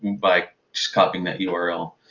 by just copying that yeah url.